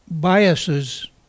biases